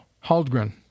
Haldgren